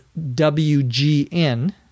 WGN